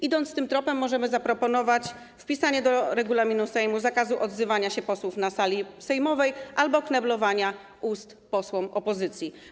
Idąc tym tropem, możemy zaproponować wpisanie do regulaminu Sejmu zakazu odzywania się posłów na sali sejmowej albo kneblowania ust posłom opozycji.